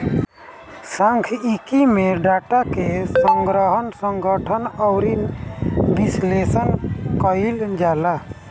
सांख्यिकी में डाटा के संग्रहण, संगठन अउरी विश्लेषण कईल जाला